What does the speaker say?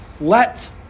let